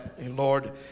Lord